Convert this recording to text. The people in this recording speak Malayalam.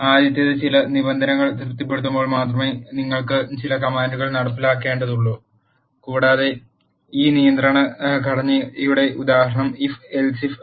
ആദ്യത്തേത് ചില നിബന്ധനകൾ തൃപ്തിപ്പെടുമ്പോൾ മാത്രമേ നിങ്ങൾ ചില കമാൻഡുകൾ നടപ്പിലാക്കേണ്ടതുള്ളൂ കൂടാതെ ഈ നിയന്ത്രണ ഘടനയുടെ ഉദാഹരണം ഇഫ് എൽസ് ഇഫ്